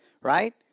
right